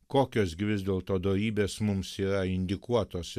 kokios gi vis dėlto dorybės mums yra indikuotos